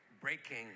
breaking